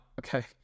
okay